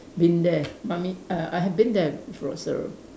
been there mummy uh I have been there for so